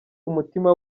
umutima